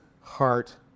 heart